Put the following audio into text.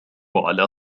على